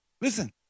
Listen